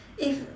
if